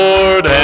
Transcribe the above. Lord